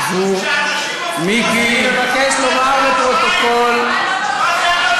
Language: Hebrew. זאת הערה חצופה,